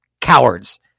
cowards